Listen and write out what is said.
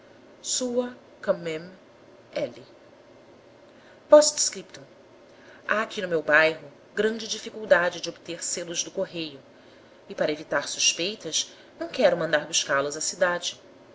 outras sua quand même l post-scriptum há aqui no meu bairro grande dificuldade de obter selos do correio e para evitar suspeitas não quero mandar buscá-los à cidade